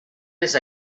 més